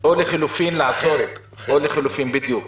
בדיוק.